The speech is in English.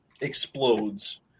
explodes